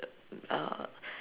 err